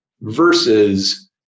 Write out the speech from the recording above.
versus